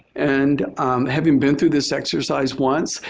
and having been through this exercise once,